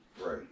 Right